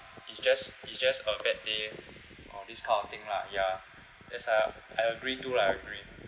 it's just it's just a bad day or this kind of thing lah ya that's uh I agree too lah I agreen